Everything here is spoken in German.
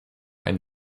eine